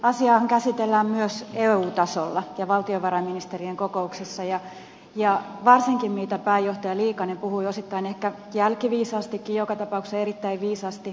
asiaahan käsitellään myös eu tasolla ja valtiovarainministerien kokouksessa ja varsinkin pääjohtaja liikanen puhui osittain ehkä jälkiviisaastikin joka tapauksessa erittäin viisaasti